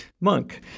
monk